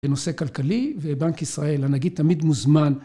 זה נושא כלכלי, ובנק ישראל, הנגיד, תמיד מוזמן.